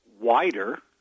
wider